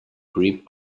grip